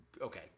Okay